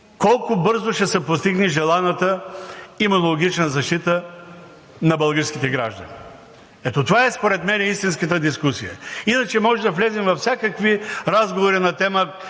колко бързо ще се постигне желаната имунологична защита на българските граждани. Ето това е според мен истинската дискусия. Иначе можем да влезем във всякакви разговори на тема: